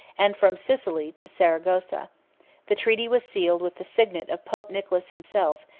and from sicily to saragossa the treaty was sealed with the signet of pope nicholas himself,